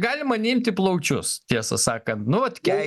galima neimt į plaučius tiesą sakant nu vat kei